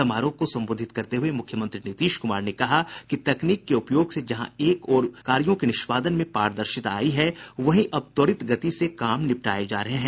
समारोह को संबोधित करते हुये मुख्यमंत्री नीतीश कुमार ने कहा कि तकनीक के उपयोग से जहां एक ओर कार्यों के निष्पादन में पारदर्शिता आई है वहीं अब त्वरित गति से काम निपटाये जा रहे हैं